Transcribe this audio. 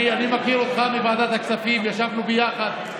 אני מכיר אותך מוועדת הכספים, ישבנו ביחד.